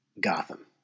Gotham